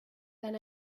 then